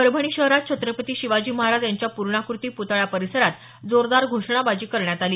परभणी शहरात छत्रपती शिवाजी महाराज यांच्या पूर्णाकृती पूतळा परिसरात जोरदार घोषणाबाजी करण्यात आली